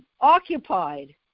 Occupied